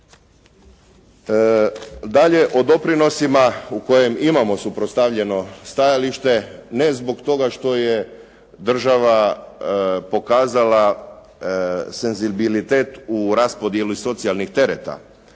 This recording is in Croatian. Dalje, o doprinosima u kojima imamo suprotstavljeno stajalište ne zbog toga što je država pokazala senzibilitet u raspodjeli socijalnih tereta,